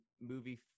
movie